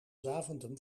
zaventem